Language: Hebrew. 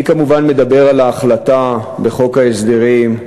אני כמובן מדבר על ההחלטה בחוק ההסדרים על